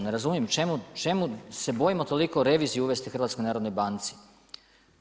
Ne razumijem čemu se bojimo toliko reviziju uvesti HNB-u?